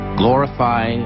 glorify